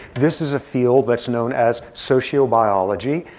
this is a field that's known as sociobiology,